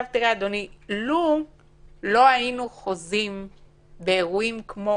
אדוני, לו לא היינו חוזים באירועים כמו